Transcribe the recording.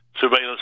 surveillance